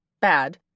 Bad